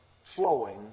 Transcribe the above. Flowing